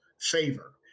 favor